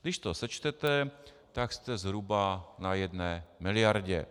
Když to sečtete, tak jste zhruba na jedné miliardě.